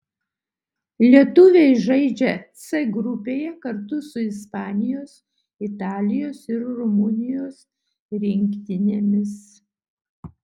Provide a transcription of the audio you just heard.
lietuviai žaidžia c grupėje kartu su ispanijos italijos ir rumunijos rinktinėmis